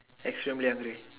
extremely agree